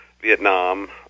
Vietnam